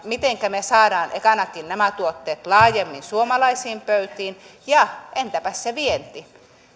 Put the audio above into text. mitenkä me saamme nämä tuotteet laajemmin suomalaisiin pöytiin ja entäpä se vienti